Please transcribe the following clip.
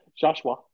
Joshua